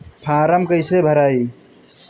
Form कईसे भराई?